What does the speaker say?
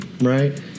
right